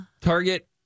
target